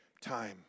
time